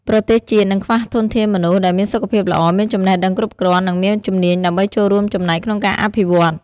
ប្រទេសជាតិនឹងខ្វះធនធានមនុស្សដែលមានសុខភាពល្អ មានចំណេះដឹងគ្រប់គ្រាន់ និងមានជំនាញដើម្បីចូលរួមចំណែកក្នុងការអភិវឌ្ឍ។